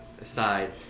aside